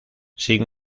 sin